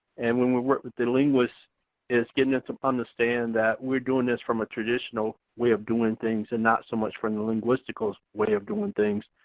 and when we work with the linguist it's getting us to understand that we're doing this from a traditional way of doing things, and not so much from the linguistic ah way of doing things.